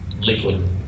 liquid